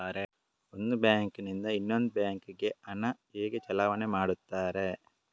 ಒಂದು ಬ್ಯಾಂಕ್ ನಿಂದ ಇನ್ನೊಂದು ಬ್ಯಾಂಕ್ ಗೆ ಹಣ ಹೇಗೆ ಚಲಾವಣೆ ಮಾಡುತ್ತಾರೆ?